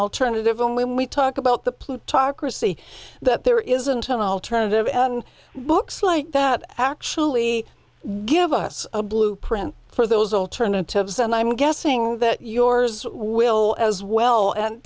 alternative and when we talk about the plutocracy that there isn't an alternative and books like that actually give us a blueprint for those alternatives and i'm guessing that yours will as well and